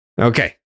Okay